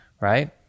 Right